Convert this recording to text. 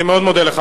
אני מאוד מודה לך.